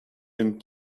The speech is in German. dem